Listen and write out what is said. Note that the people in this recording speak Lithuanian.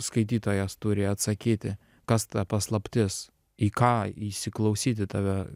skaitytojas turi atsakyti kas ta paslaptis į ką įsiklausyt į tave